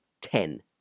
ten